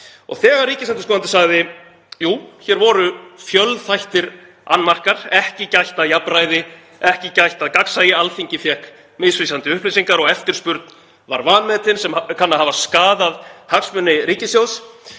hennar. Ríkisendurskoðandi sagði: Jú, hér voru fjölþættir annmarkar; ekki gætt að jafnræði, ekki gætt að gagnsæi, Alþingi fékk misvísandi upplýsingar og eftirspurn var vanmetin sem kann að hafa skaðað hagsmuni ríkissjóðs.